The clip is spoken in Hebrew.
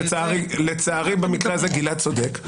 לצערי במקרה הזה גלעד צודק.